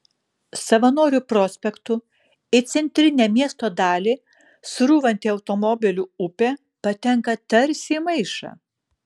savanorių prospektu į centrinę miesto dalį srūvanti automobilių upė patenka tarsi į maišą